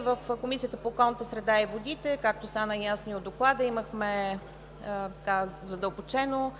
В Комисията по околната среда и водите, както стана ясно и от Доклада, имахме задълбочено